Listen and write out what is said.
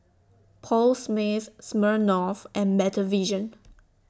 Paul Smith Smirnoff and Better Vision